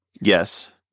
Yes